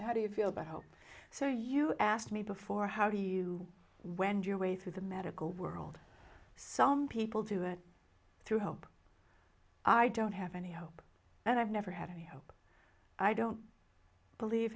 how do you feel about hope so you asked me before how do you wend your way through the medical world some people do it through hope i don't have any hope and i've never had any hope i don't believe